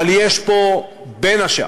אבל יש פה, בין השאר,